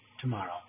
tomorrow